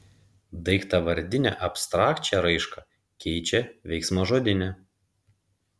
daiktavardinę abstrakčią raišką keičia veiksmažodinė